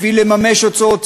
בשביל לממש אותו,